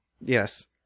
Yes